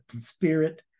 spirit